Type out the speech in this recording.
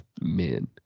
men